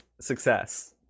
success